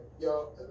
yo